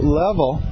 level